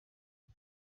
aha